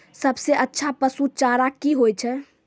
सबसे अच्छा पसु चारा की होय छै?